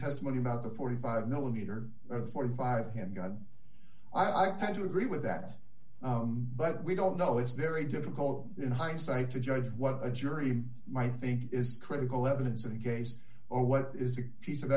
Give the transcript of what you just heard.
testimony about the forty five millimeter forty five him god i tend to agree with that but we don't know it's very difficult in hindsight to judge what a jury might think is critical evidence of the case or what is a piece of